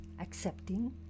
accepting